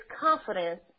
confidence